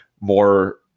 more